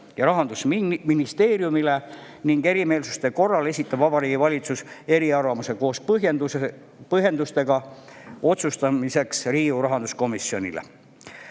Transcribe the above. Rahandusministeeriumile ning erimeelsuste korral esitab Vabariigi Valitsus eriarvamuse koos põhjendustega otsustamiseks Riigikogu rahanduskomisjonile.